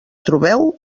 trobeu